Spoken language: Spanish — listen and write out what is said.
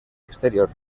exterior